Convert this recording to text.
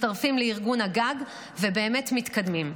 מצטרפים לארגון הגג ובאמת מתקדמים.